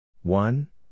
One